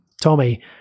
Tommy